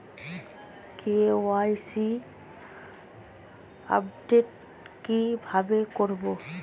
KYC update কি ভাবে করবো?